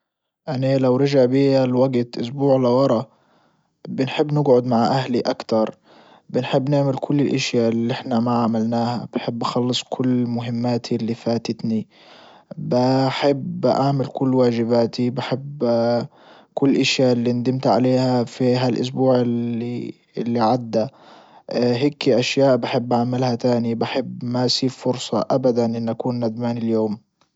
اني لو رجع بيا الوجت اسبوع لورا بنحب نجعد مع اهلي اكتر بنحب نعمل كل الاشيا اللي احنا ما عملناها بحب اخلص كل مهماتي اللي فاتتني بحب اعمل كل واجباتي بحب كل اشيا اللي ندمت عليها في هالاسبوع اللي عدى هيكي اشياء بحب اعملها تاني بحب ماسيب فرصة ابدا اني اكون ندمان اليوم